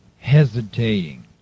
hesitating